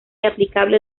aplicable